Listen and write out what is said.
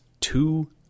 two